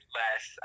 less